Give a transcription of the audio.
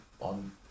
on